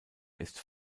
ist